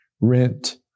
rent